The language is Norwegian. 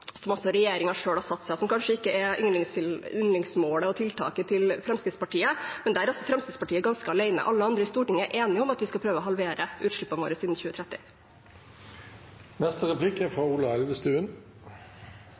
som også regjeringen selv har satt seg, men som kanskje ikke er yndlingsmålet og tiltaket til Fremskrittspartiet. Der er Fremskrittspartiet ganske alene. Alle andre i Stortinget er enige om at vi skal prøve å halvere utslippene våre